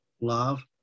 love